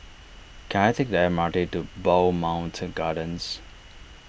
can I take the M R T to Bowmont Gardens